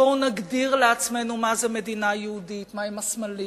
בואו נגדיר לעצמנו מהי מדינה יהודית, מהם הסמלים